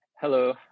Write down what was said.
Hello